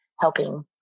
helping